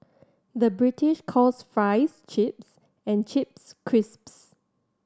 the British calls fries chips and chips crisps